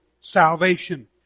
salvation